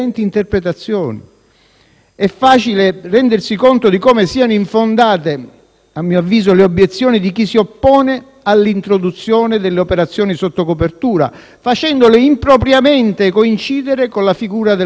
È facile rendersi conto di come siano infondate - a mio avviso - le obiezioni di chi si oppone all'introduzione delle operazioni sotto copertura, facendole impropriamente coincidere con la figura dell'agente provocatore,